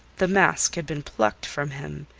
the mask had been plucked from him,